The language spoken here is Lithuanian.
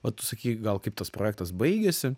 va tu sakei gal kaip tas projektas baigėsi